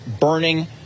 burning